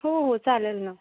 हो हो चालेल ना